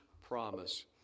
promise